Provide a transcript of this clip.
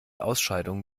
ausscheidungen